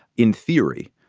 in theory,